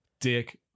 Dick